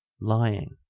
Lying